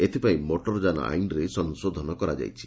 ଏଥିପାଇଁ ମୋଟରଯାନ ଆଇନରେ ସଂଶୋଧନ କରାଯାଇଛି